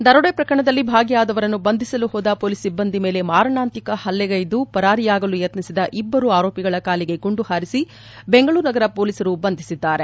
ದರೋಡೆ ಪ್ರಕರಣದಲ್ಲಿ ಭಾಗಿಯಾದವರನ್ನು ಬಂಧಿಸಲು ಹೋದ ಹೊಲೀಸ್ ಸಿಭ್ಗಂದಿ ಮೇಲೆ ಮಾರಣಾಂತಿಕ ಪಲ್ಲೆಗ್ಗೆದ ಪರಾರಿಯಾಗಲು ಯತ್ನಿಸಿದ ಇಬ್ಬರು ಆರೋಪಿಗಳ ಕಾಲಿಗೆ ಗುಂಡು ಪಾರಿಸಿ ಬೆಂಗಳೂರು ನಗರ ಪೊಲೀಸರು ಬಂಧಿಸಿದ್ದಾರೆ